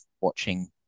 watching